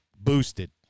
boosted